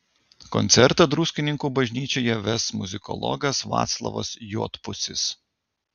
koncertą druskininkų bažnyčioje ves muzikologas vaclovas juodpusis